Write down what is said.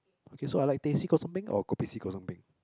okay so I like teh C kosong peng or kopi C kosong peng